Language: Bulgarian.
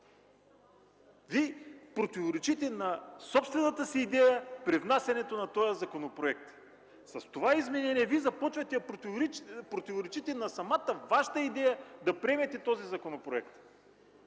Вие противоречите на собствената си идея при внасянето на този законопроект. С това изменение Вие започвате да противоречите на самата Ваша идея да приемете този законопроект